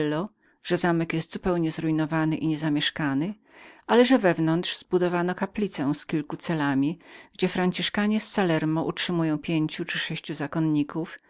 że zamek był zupełnie spustoszały i niezamieszkany ale że wewnątrz zbudowano kaplicę z kilką celami gdzie franciszkanie z salerno utrzymywali pięciu lub sześciu zakonników